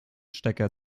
stecker